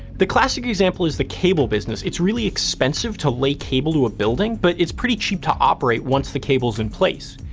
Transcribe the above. the classic example is the cable business. it's really expensive to lay cable to a building, but it's pretty cheap to operate, once the cable's in place.